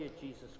Jesus